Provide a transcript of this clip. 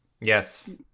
yes